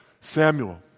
Samuel